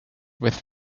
with